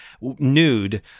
nude